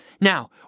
Now